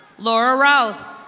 laura rowth.